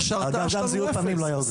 גם זיהוי פנים לא היה עוזר.